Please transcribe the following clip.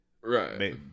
Right